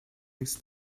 nice